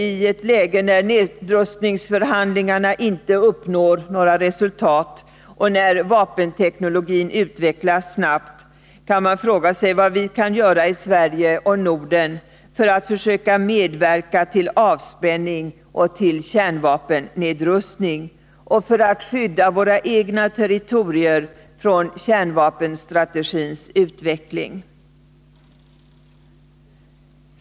I ett läge, när nedrustningsförhandlingarna inte medför några resultat och när vapenteknologin utvecklas snabbt, kan man fråga sig vad Sverige och det övriga Norden kan göra för att försöka medverka till avspänning och kärnvapennedrustning samt skydda våra egna territorier från kärnvapenstrategins utveckling.